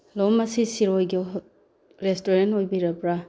hello ꯃꯁꯤ ꯁꯤꯔꯣꯏꯒꯤ restaurant ꯑꯣꯏꯕꯤꯔꯕ꯭ꯔꯥ